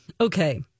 Okay